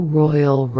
royal